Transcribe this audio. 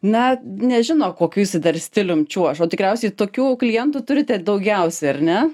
na nežino kokiu jisai dar stilium čiuoš o tikriausiai tokių klientų turite daugiausia ar ne